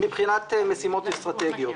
מבחינת משימות אסטרטגיות